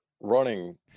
running